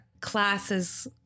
classes